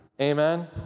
Amen